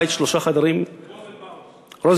שלושה חדרים, רוזנבאום.